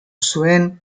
zuen